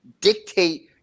dictate